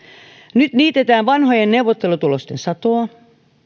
nyt niitetään vanhojen neuvottelutulosten satoa